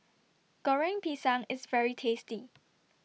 Goreng Pisang IS very tasty